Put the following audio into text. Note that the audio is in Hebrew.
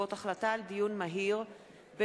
בעקבות דיון מהיר בהצעתו של חבר הכנסת חנא סוייד